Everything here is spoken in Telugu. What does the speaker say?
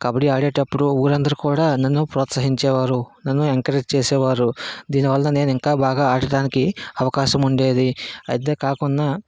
కబడ్డీ ఆడేటప్పుడు ఊరందరు కూడా నన్ను ప్రోత్సహించేవారు నన్ను ఎంకరేజ్ చేసేవారు దీనివల్ల నేను ఇంకా బాగా ఆడటానికి అవకాశం ఉండేది అంతే కాకుండా